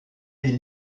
est